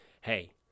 Hey